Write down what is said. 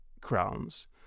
crowns